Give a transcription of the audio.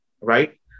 right